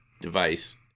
device